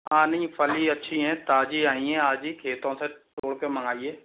हाँ नहीं फली अच्छी हैं ताजी आई हैं आज ही खेतों से तोड़ के मंगाई है